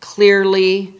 clearly